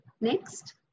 Next